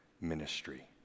ministry